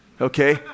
okay